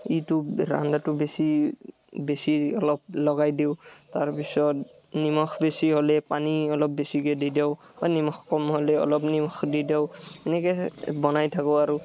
এইটো ৰন্ধাটো বেছি বেছি অলপ লগাই দিওঁ তাৰপিছত নিমখ বেছি হ'লে পানী অলপ বেছিকৈ দি দিওঁ আৰু নিমখ কম হ'লে অলপ নিমখ দি দিওঁ এনেকৈ বনাই থাকোঁ আৰু